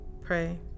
Pray